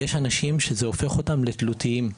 יש אנשים שזה הופך אותם לתלותיים,